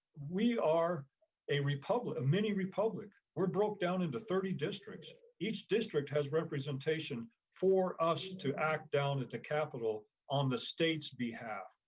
we are a republic, a mini republic. we're broke down into thirty districts, each district has representation for us to act down at the capitol on the state's behalf.